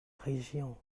région